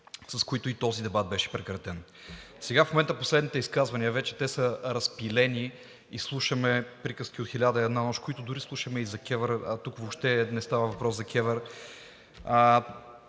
с които и този дебат беше прекратен. Сега в момента последните изказвания, вече те са разпилени и слушаме приказки от 1001 нощ, които дори слушаме и за КЕВР, а тук въобще не става въпрос за КЕВР.